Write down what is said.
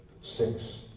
six